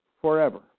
forever